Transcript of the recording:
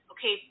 Okay